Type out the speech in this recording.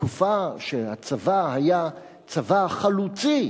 התקופה שהצבא היה צבא חלוצי,